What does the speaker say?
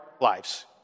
lives